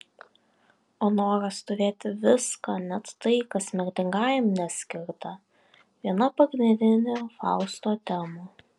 o noras turėti viską net tai kas mirtingajam neskirta viena pagrindinių fausto temų